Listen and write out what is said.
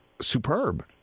superb